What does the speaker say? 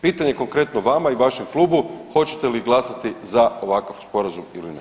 Pitanje konkretno vama i vašem klubu, hoćete li glasati za ovakav sporazum ili ne?